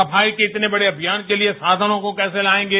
सफाई के इतने बड़े अभियान के लिए साधनों को कैसे लाएंगे